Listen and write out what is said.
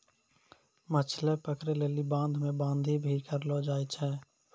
मछली पकड़ै लेली बांध मे बांधी भी करलो जाय छै